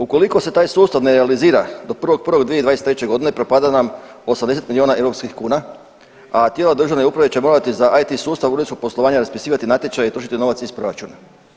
Ukoliko se taj sustav ne realizira do 1.1.2023.g. propada nam 80 milijuna europskih kuna, a tijela državne uprave će morati za IT sustav uredskog poslovanja raspisivati natječaj i trošiti novac iz proračuna.